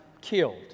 killed